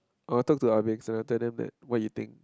I will talk to ah-bengs and I will tell them that what you think